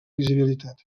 visibilitat